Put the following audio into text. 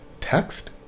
text